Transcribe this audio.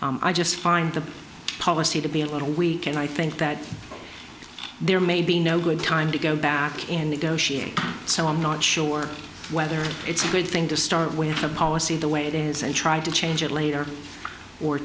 i just find the policy to be a little weak and i think that there may be no good time to go back in the goetia so i'm not sure whether it's a good thing to start with a policy the way it is and try to change it later or